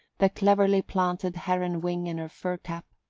the cleverly planted heron wing in her fur cap,